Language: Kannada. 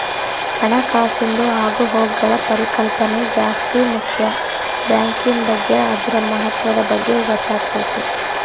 ಹಣಕಾಸಿಂದು ಆಗುಹೋಗ್ಗುಳ ಪರಿಕಲ್ಪನೆ ಜಾಸ್ತಿ ಮುಕ್ಯ ಬ್ಯಾಂಕಿನ್ ಬಗ್ಗೆ ಅದುರ ಮಹತ್ವದ ಬಗ್ಗೆ ಗೊತ್ತಾತತೆ